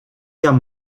guerre